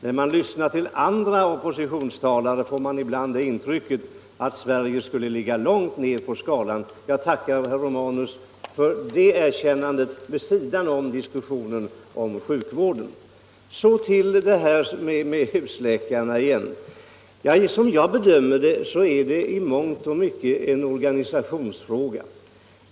När man lyssnar till andra oppositionstalare får man ibland det intrycket att Sverige skulle ligga långt ned på skalan. Jag tackar herr Romanus för det erkännandet vid sidan om diskussionen om sjukvården. Så till det här med husläkarna igen. Som jag bedömer det är det i mångt och mycket en organisationsfråga.